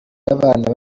y’abana